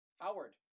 Howard